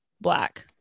black